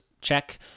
check